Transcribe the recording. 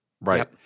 right